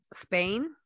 Spain